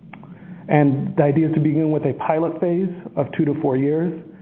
and the idea is to begin with a pilot phase of two to four years,